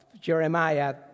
Jeremiah